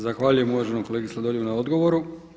Zahvaljujem uvaženom kolegi Sladoljevu na odgovoru.